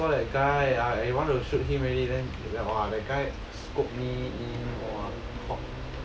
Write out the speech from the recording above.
bro I saw that guy ah I want to shoot him already then !wah! that guy scope me in !wah!